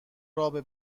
رابه